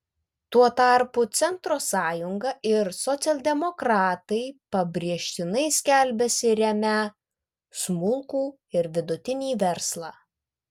tuo tarpu centro sąjunga ir socialdemokratai pabrėžtinai skelbiasi remią smulkų ir vidutinį verslą